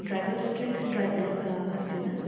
driver skilled driver लाग असतील ना